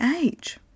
age